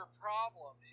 problem